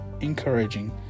encouraging